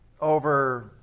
over